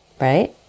right